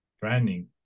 branding